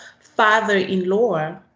father-in-law